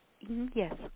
yes